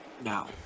now